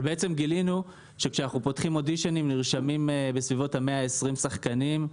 בעצם גילינו שכשאנחנו פותחים אודישנים נרשמים בסביבות ה-120 שחקנים.